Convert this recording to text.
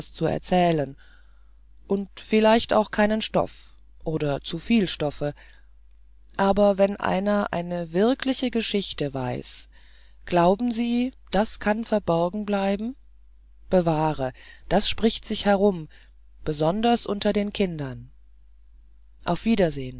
zu erzählen und vielleicht auch keinen stoff oder zu viel stoffe aber wenn einer eine wirkliche geschichte weiß glauben sie das kann verborgen bleiben bewahre das spricht sich herum besonders unter den kindern auf wiedersehen